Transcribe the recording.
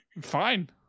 Fine